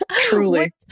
truly